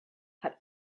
had